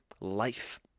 life